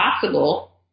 possible